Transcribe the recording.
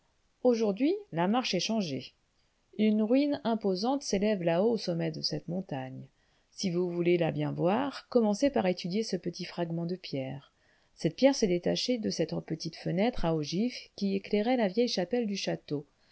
aujourd'hui la marche est changée une ruine imposante s'élève là-haut au sommet de cette montagne si vous voulez la bien voir commencez par étudier ce petit fragment de pierre cette pierre s'est détachée de cette petite fenêtre à ogives qui éclairait la vieille chapelle du château